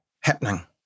happening